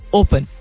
open